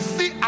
See